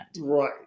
right